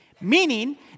Meaning